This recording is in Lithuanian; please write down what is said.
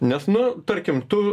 nes nu tarkim tu